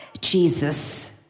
Jesus